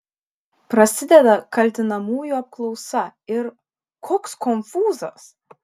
prasideda kaltinamųjų apklausa ir koks konfūzas